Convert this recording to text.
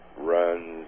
runs